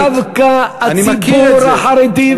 דווקא הציבור החרדי,